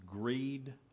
greed